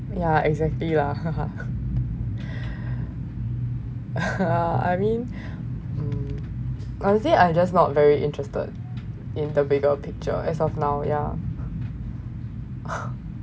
yeah exactly lah I mean honestly I just not very interested in the bigger picture as of now yeah